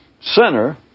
center